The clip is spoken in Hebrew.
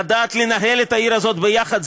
לדעת לנהל את העיר הזאת ביחד,